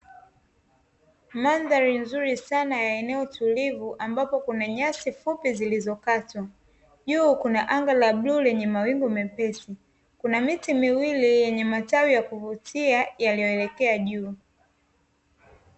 Mandhari nzuri Sana ya eneo tulivu, ambapo Kuna nyasi fupi zilizokatwa. Juu kuna anga la buluu lenye mawingu mepesi. Kuna miti miwili yenye matawi ya kuvutia yaliyoelekea juu.